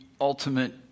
ultimate